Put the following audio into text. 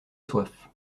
soif